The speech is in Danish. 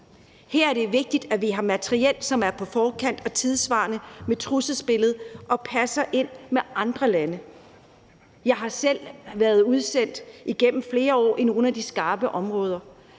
Her er det vigtigt, at vi har materiel, som er på forkant og er tidssvarende med trusselsbilledet, og som passer ind med andre landes. Jeg har selv været udsendt igennem flere år i nogle af de skarpe områder,